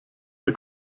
der